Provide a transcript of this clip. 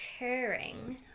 occurring